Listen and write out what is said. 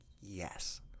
yes